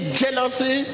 jealousy